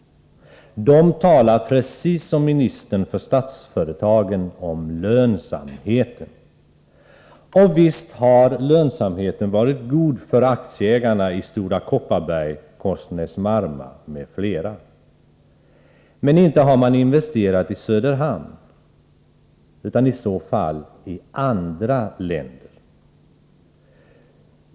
De talar precis som ministern för statsföretagen om lönsamhet. Visst har lönsamheten varit god för aktieägarna i Stora Kopparberg, Korsnäs-Marma m.fl. Men inte har man investerat i Söderhamn utan i så fall i andra länder.